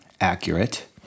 accurate